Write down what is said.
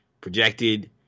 Projected